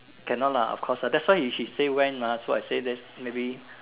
cannot lah of course ah that's why if she say when ah so I say just maybe